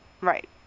Right